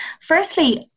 firstly